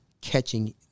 catching